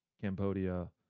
cambodia